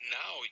now